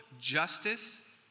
justice